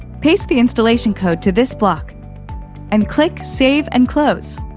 paste the installation code to this block and click save and close.